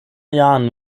jahren